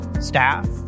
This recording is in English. staff